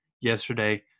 yesterday